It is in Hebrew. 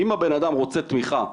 אם הבנאדם רוצה תמיכה.